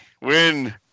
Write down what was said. win